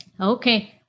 okay